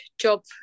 job